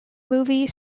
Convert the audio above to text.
movie